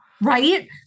Right